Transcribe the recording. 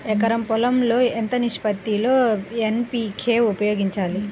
ఎకరం పొలం లో ఎంత నిష్పత్తి లో ఎన్.పీ.కే ఉపయోగించాలి?